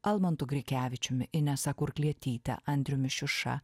almantu grikevičiumi inesa kurklietyte andriumi šiuša